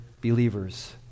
believers